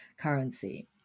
currency